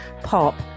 pop